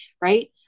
right